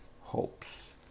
hopes